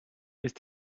ist